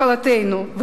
לכלותנו,